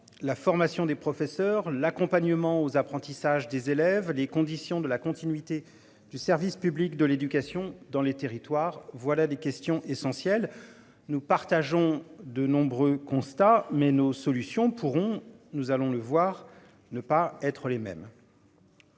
La formation des professeurs, l'accompagnement aux apprentissages des élèves. Les conditions de la continuité du service public de l'éducation dans les territoires. Voilà des questions essentielles. Nous partageons de nombreux constats mais nos solutions pourront nous allons le voir, ne pas être les mêmes.